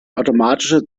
automatische